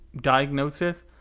diagnosis